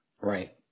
Right